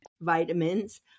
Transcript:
vitamins